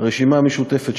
הרשימה המשותפת,